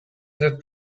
that